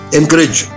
encourage